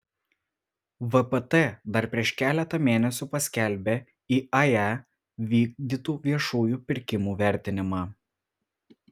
vpt dar prieš keletą mėnesių paskelbė iae vykdytų viešųjų pirkimų vertinimą